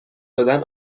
دادن